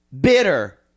bitter